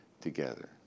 together